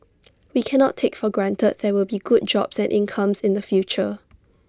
we cannot take for granted there will be good jobs and incomes in the future